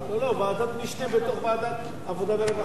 לא, ועדת משנה בתוך ועדת עבודה ורווחה.